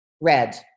Red